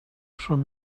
són